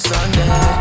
Sunday